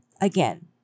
again